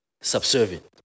subservient